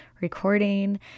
recording